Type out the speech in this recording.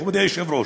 מכובדי היושב-ראש,